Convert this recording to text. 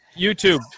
YouTube